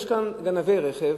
יש כאן גנבי רכב,